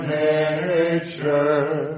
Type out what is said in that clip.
nature